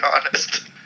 honest